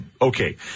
Okay